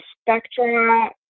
Spectra